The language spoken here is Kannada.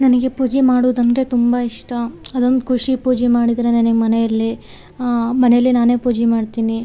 ನನಗೆ ಪೂಜೆ ಮಾಡೋದಂದರೆ ತುಂಬ ಇಷ್ಟ ಅದೊಂದು ಖುಷಿ ಪೂಜೆ ಮಾಡಿದ್ರೇ ನಿಮ್ಮಮನೆಯಲ್ಲಿ ಮನೆಯಲ್ಲಿ ನಾನೆ ಪೂಜೆ ಮಾಡ್ತೀನಿ